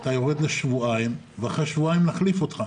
אתה יורד לתעלה לשבועיים ואחרי השבועיים האלה נחליף אותך.